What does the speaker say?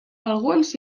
alguns